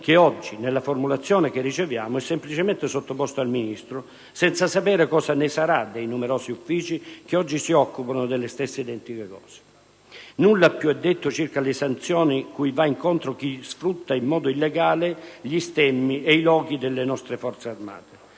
che oggi, nella formulazione che riceviamo, è semplicemente sottoposto al Ministro, senza sapere cosa ne sarà dei numerosi uffici che oggi si occupano delle stesse identiche cose. Nulla più è detto circa le sanzioni cui va incontro chi sfrutta in modo illegale gli stemmi e i loghi delle nostre Forze armate.